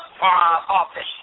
office